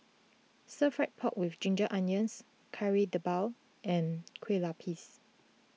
Stir Fry Pork with Ginger Onions Kari Debal and Kueh Lupis